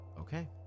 Okay